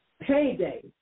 Payday